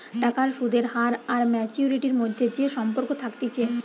টাকার সুদের হার আর ম্যাচুয়ারিটির মধ্যে যে সম্পর্ক থাকতিছে